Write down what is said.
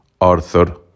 Arthur